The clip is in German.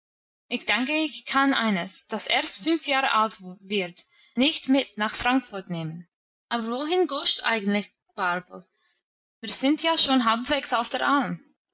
ich denke ich kann eines das erst fünf jahre alt wird nicht mit nach frankfurt nehmen aber wohin gehst du eigentlich barbel wir sind ja schon halbwegs auf der alm